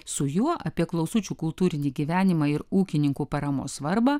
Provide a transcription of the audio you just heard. su juo apie klausučių kultūrinį gyvenimą ir ūkininkų paramos svarbą